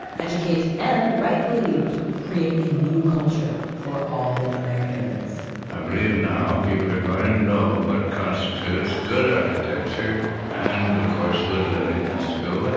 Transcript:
educate and, wright believed, create a new culture for all americans i believe now, people are going to know what constitutes good architecture and of course good living has to go with it.